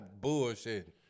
bullshit